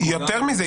יותר מזה,